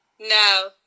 No